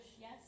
yes